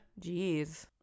Jeez